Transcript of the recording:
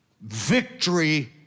victory